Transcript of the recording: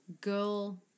girl